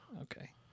Okay